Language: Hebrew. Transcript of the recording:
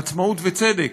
עצמאות וצדק,